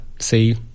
See